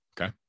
okay